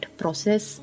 process